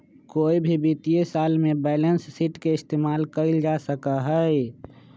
कोई भी वित्तीय साल में बैलेंस शीट के इस्तेमाल कइल जा सका हई